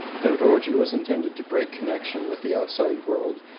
the roji was intended to break connection with the outside world,